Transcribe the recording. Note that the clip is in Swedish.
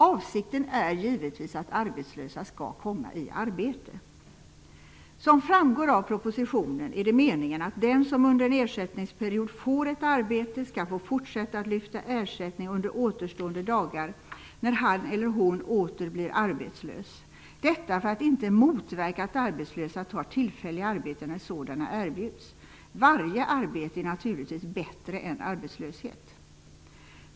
Avsikten är givetvis att arbetslösa skall komma i arbete. Som framgår av propositionen är det meningen att den som under en ersättningsperiod får ett arbete skall få fortsätta att lyfta ersättning under återstående dagar när han eller hon åter blir arbetslös -- detta för att inte motverka att arbetslösa tar tillfälliga arbeten när sådana erbjuds. Varje arbete är naturligtvis bättre än arbetslöshet.